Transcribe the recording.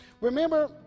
Remember